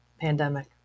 pandemic